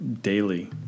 daily